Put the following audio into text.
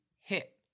hit